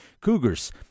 Cougars